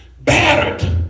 Battered